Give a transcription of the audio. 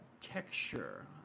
texture